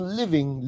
living